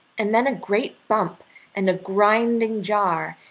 and then a great bump and a grinding jar,